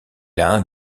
l’un